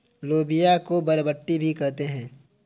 लोबिया को बरबट्टी भी कहते हैं